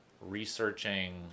researching